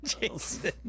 Jason